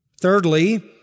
Thirdly